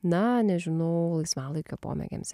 na nežinau laisvalaikio pomėgiams